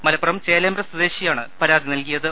മലപ്പുറം ചേലേമ്പ്ര സ്വദേശിയാണ് പരാതി നൽകി യത്